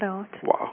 Wow